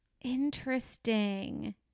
Interesting